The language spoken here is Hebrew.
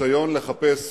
בניסיון לחפש